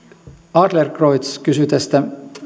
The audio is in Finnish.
adlercreutz kysyi näistä